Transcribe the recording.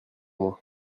moi